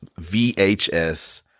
VHS